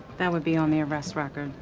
that would be on the arrest record.